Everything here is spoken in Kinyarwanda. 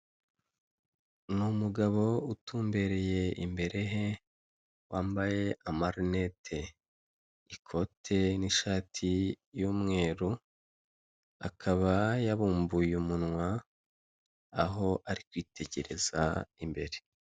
Ni umugabo utumbereye imbere he wambaye amarinete, ikote n'ishati y'umweru akaba yabumbuye umunwa aho ari kwitegereza imbere.